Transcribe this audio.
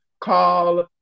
call